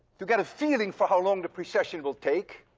to get a feeling for how long the precession will take,